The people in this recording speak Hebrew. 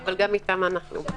אבל גם אתם אנחנו בקשר.